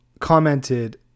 commented